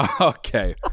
Okay